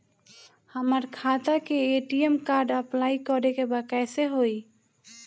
हमार खाता के ए.टी.एम कार्ड अप्लाई करे के बा कैसे होई?